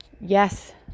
Yes